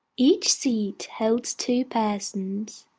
each seat holds two persons.